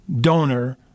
donor